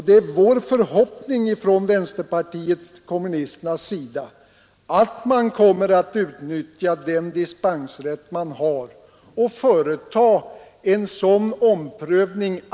Det är vår förhoppning från vänsterpartiet kommunisterna att man kommer att utnyttja den dispensrätt man har och företa en sådan omprövning.